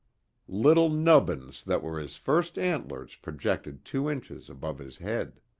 little nubbins that were his first antlers projected two inches above his head.